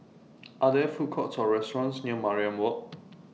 Are There Food Courts Or restaurants near Mariam Walk